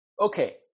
okay